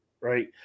right